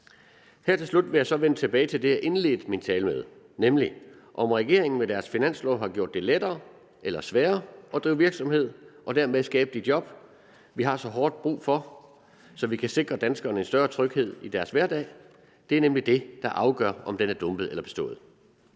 Her til slut vil jeg så vende tilbage til det, jeg indledte min tale med, nemlig: Om regeringen med deres finanslov har gjort det lettere eller sværere at drive virksomhed og dermed skabe de job, vi har så hårdt brug for, så vi kan sikre danskerne en større tryghed i deres hverdag. Det er nemlig det, der afgør, om den er dumpet eller bestået.